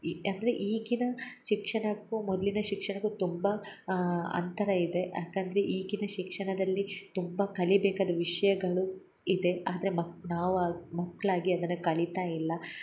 ಈ ಅಂದರೆ ಈಗಿನ ಶಿಕ್ಷಣಕ್ಕೂ ಮೊದಲಿನ ಶಿಕ್ಷಣಕ್ಕೂ ತುಂಬ ಅಂತರ ಇದೆ ಯಾಕಂದರೆ ಈಗಿನ ಶಿಕ್ಷಣದಲ್ಲಿ ತುಂಬ ಕಲಿಬೇಕಾದ ವಿಷಯಗಳು ಇದೆ ಆದರೆ ಮಕ್ ನಾವು ಮಕ್ಕಳಾಗಿ ಅದನ್ನು ಕಲಿತಾ ಇಲ್ಲ